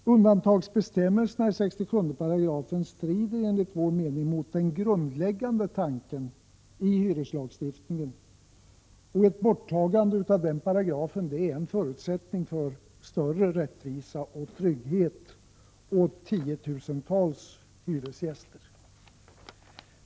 Undantagsbestämmelserna i 67 § strider enligt vår mening mot den grundläggande tanken i hyreslagstiftningen, och ett borttagande av denna paragraf är en förutsättning för större rättvisa och trygghet åt tiotusentals hyresgäster.